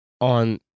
on